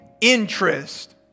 interest